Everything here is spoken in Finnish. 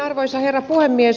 arvoisa herra puhemies